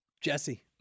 Jesse